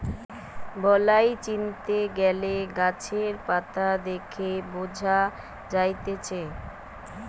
বালাই চিনতে গ্যালে গাছের পাতা দেখে বঝা যায়তিছে